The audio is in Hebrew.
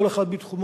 כל אחד בתחומו,